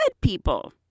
people